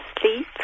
sleep